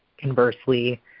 conversely